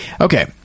Okay